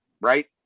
right